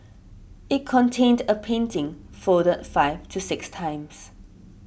it contained a painting folded five to six times